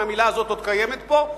אם המלה הזאת עוד קיימת פה,